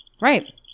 Right